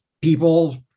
people